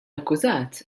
akkużat